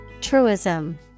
Truism